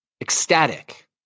ecstatic